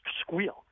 squeal